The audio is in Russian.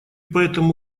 поэтому